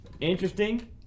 Interesting